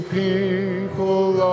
people